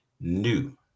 new